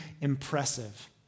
impressive